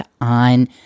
on